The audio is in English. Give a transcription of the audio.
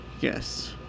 Yes